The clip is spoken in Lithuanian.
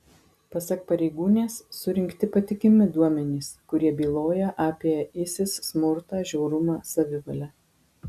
pasak pareigūnės surinkti patikimi duomenys kurie byloja apie isis smurtą žiaurumą savivalę